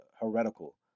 heretical